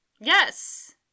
Yes